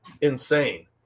insane